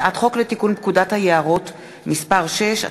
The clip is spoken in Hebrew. הצעת חוק לתיקון פקודת היערות (מס' 6),